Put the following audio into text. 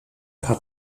paar